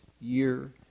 year